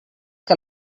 que